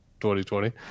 2020